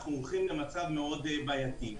אנחנו הולכים למצב מאוד בעייתי.